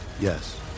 Yes